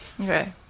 Okay